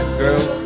girl